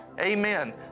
Amen